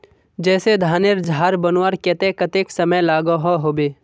जैसे धानेर झार बनवार केते कतेक समय लागोहो होबे?